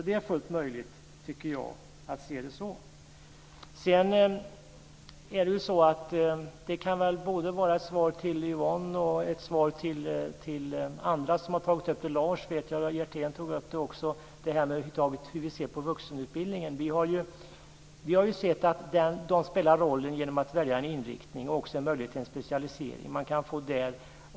Det är fullt möjligt, tycker jag, att se det på det viset. Sedan vill jag säga något som svar till både Yvonne Andersson och andra som har tagit upp detta, bl.a. Lars Hjertén, om hur vi ser på vuxenutbildningen. Vi har ju sett att den spelar rollen genom att man väljer en inriktning, och det finns också en möjlighet till specialisering.